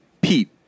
Pete